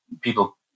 people